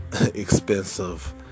expensive